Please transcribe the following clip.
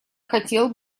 хотел